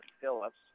Phillips